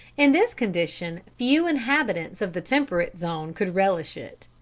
in this condition few inhabitants of the temperate zone could relish it.